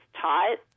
taught